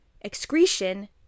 excretion